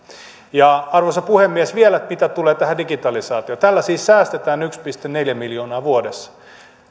arvoisa puhemies vielä mitä tulee tähän digitalisaatioon tällä siis säästetään yksi pilkku neljä miljoonaa vuodessa